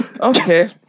Okay